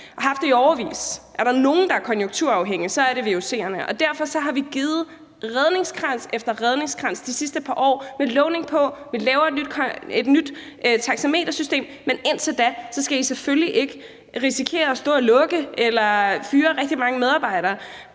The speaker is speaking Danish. og har haft det i årevis. Er der nogen, der er konjunkturafhængige, er det vuc'erne. Derfor har vi givet redningskrans efter redningskrans de sidste par år med lovning på, at vi laver et nyt taxametersystem, men indtil da skal de selvfølgelig ikke risikere at lukke eller fyre rigtig mange medarbejdere.